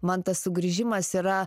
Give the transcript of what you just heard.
man tas sugrįžimas yra